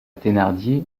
thénardier